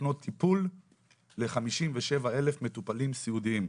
נותנות טיפול ל-57,000 מטופלים סיעודיים.